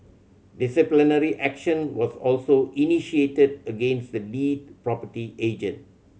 disciplinary action was also initiated against the lead property agent